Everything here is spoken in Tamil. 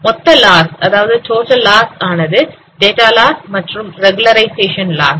மொத்த லாஸ் ஆனது டேட்டா லாஸ் மற்றும் ரெகுலருஷயேசன் லாஸ்